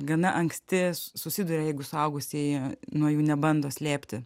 gana anksti susiduria jeigu suaugusieji nuo jų nebando slėpti